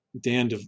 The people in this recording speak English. Dan